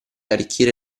arricchire